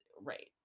right